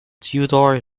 tudor